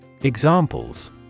Examples